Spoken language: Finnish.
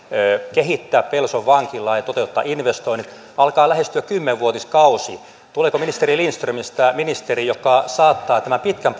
kehittää pelson vankilaa ja toteuttaa investoinnit alkaa lähestyä kymmenvuotiskausi tuleeko ministeri lindströmistä ministeri joka saattaa tämän pitkän